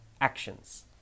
actions